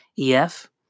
EF